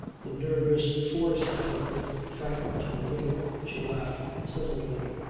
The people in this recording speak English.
the nervous force of her grip frightened him a little. she laughed suddenly.